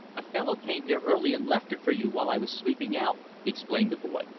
a fellow came here early and left it for you while i was sweeping out, explained the boy.